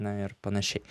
na ir panašiai